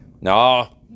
No